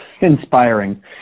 inspiring